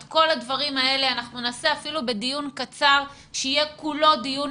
את כל הדברים האלה אנחנו נעשה אפילו בדיון קצר שיהיה כולו דיון